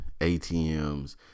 atms